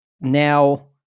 now